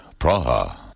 Praha